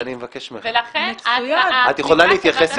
גברתי, אני מבקש ממך, את יכולה להתייחס עניינית?